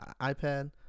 iPad